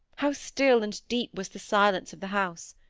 how still and deep was the silence of the house!